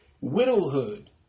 widowhood